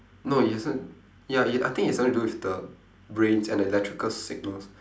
no it isn't ya it I think it's something to do with the brains and electrical signals